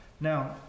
Now